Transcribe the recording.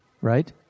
right